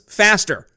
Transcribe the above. faster